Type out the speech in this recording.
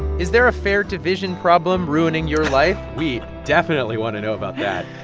is there a fair division problem ruining your life? we definitely want to know about that.